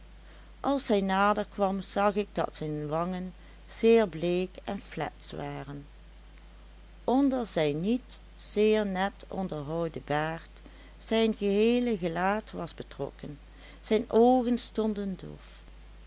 als hij nader kwam zag ik dat zijn wangen zeer bleek en flets waren onder zijn niet zeer net onderhouden baard zijn geheele gelaat was betrokken zijn oogen stonden dof